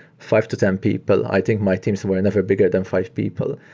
five to ten people. i think my teams were never bigger than five people.